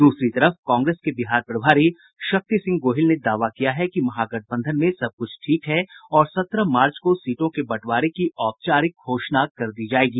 द्सरी तरफ कांग्रेस के बिहार प्रभारी शक्ति सिंह गोहिल ने दावा किया कि महागठबंधन में सबकुछ ठीक है और सत्रह मार्च को सीटों के बंटवारे की औपचारिक घोषणा की जायेगी